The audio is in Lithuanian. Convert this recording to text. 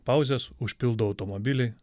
pauzes užpildo automobiliai